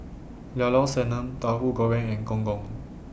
Llao Sanum Tauhu Goreng and Gong Gong